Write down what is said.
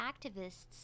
activists